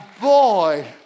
boy